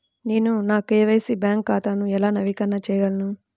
నేను నా KYC bank ఖాతాను ఎలా నవీకరణ చేయగలను?